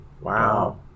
wow